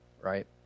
right